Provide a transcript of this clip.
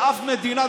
ואף מדינה,